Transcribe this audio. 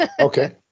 Okay